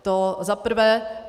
To za prvé.